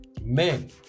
men